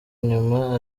nyuma